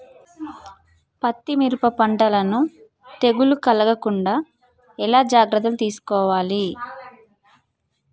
పత్తి మిరప పంటలను తెగులు కలగకుండా ఎలా జాగ్రత్తలు తీసుకోవాలి?